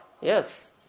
Yes